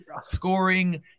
scoring